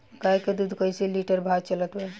गाय के दूध कइसे लिटर भाव चलत बा?